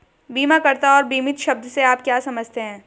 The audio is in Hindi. बीमाकर्ता और बीमित शब्द से आप क्या समझते हैं?